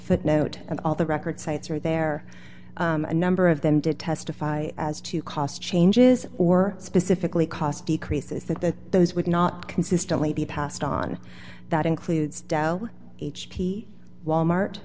footnote and all the record cites are there a number of them did testify as to cost changes or specifically cost decreases that those would not consistently be passed on that includes doe h p wal mart